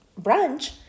brunch